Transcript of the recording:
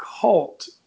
cult